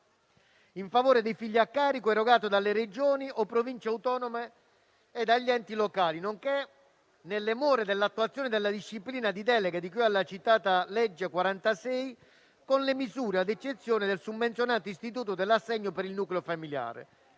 in favore dei figli a carico erogate dalle Regioni o Province autonome e dagli enti locali, nonché, nelle more dell'attuazione della disciplina di delega di cui alla citata legge n. 46, con le misure, ad eccezione del summenzionato istituto dell'assegno per il nucleo familiare,